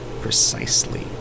precisely